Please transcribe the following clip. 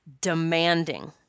demanding